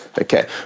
Okay